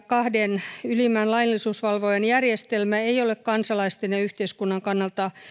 kahden ylimmän laillisuusvalvojan järjestelmä ei ole kansalaisten ja yhteiskunnan kannalta